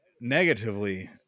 negatively